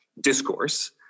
Discourse